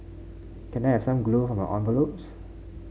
can I have some glue for my envelopes